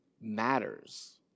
matters